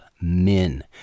men